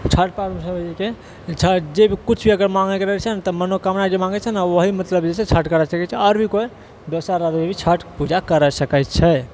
छठ पर्वमे जे भी किछु भी अगर माँगयके रहै छै ने तऽ मनोकामना जे माँगै छै ने ओएहमे मतलब छठि करैत छै आओर भी कोइ दोसर राज्य छठि पूजा करऽ सकैत छै